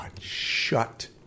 Shut